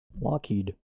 lockheed